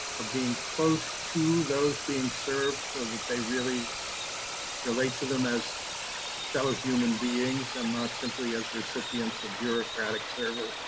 of being close to those being served so that they really relate to them as fellow human beings, and not simply as recipients of bureaucratic service.